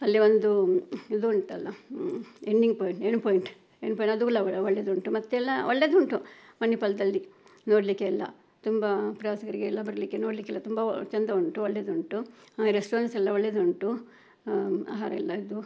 ಅಲ್ಲಿ ಒಂದು ಇದು ಉಂಟಲ್ಲ ending point end point end ಪಾಯ್ ಅದು ಎಲ್ಲ ಒಳ್ಳೆಯ ಒಳ್ಳೆಯದುಂಟು ಮತ್ತೆಲ್ಲ ಒಳ್ಳೆಯದುಂಟು ಮಣಿಪಾಲದಲ್ಲಿ ನೋಡಲಿಕ್ಕೆಲ್ಲ ತುಂಬ ಪ್ರವಾಸಿಗರಿಗೆಲ್ಲ ಬರಲಿಕ್ಕೆ ನೋಡಲಿಕ್ಕೆಲ್ಲ ತುಂಬ ಚೆಂದ ಉಂಟು ಒಳ್ಳೆಯದುಂಟು ರೆಸ್ಟೊರೆಂಟ್ಸೆಲ್ಲ ಒಳ್ಳೆಯದುಂಟು ಆಹಾರೆಲ್ಲ ಇದು